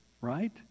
Right